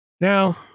Now